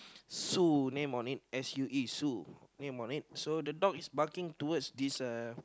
sue name on it S U E Sue name on it so the dog is barking towards this uh